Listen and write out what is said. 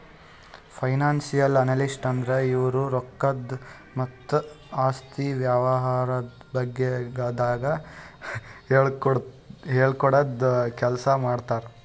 financial analyst ಅಂದ್ರ ಇವ್ರು ರೊಕ್ಕದ್ ಮತ್ತ್ ಆಸ್ತಿ ವ್ಯವಹಾರದ ಬಗ್ಗೆದಾಗ್ ಹೇಳ್ಕೊಡದ್ ಕೆಲ್ಸ್ ಮಾಡ್ತರ್